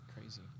Crazy